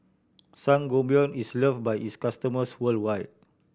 sangobion is loved by its customers worldwide